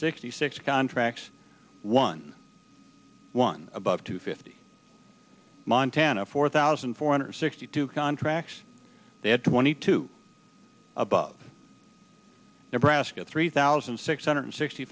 sixty six contracts one one above to fifty montana four thousand four hundred sixty two contracts they had twenty two above nebraska three thousand six hundred sixty